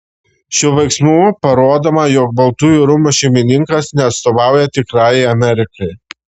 šiuo veiksmu parodoma jog baltųjų rūmų šeimininkas neatstovauja tikrajai amerikai